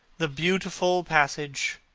the beautiful passage